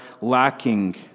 lacking